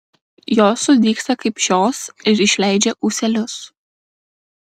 jos sudygsta kaip šios ir išleidžia ūselius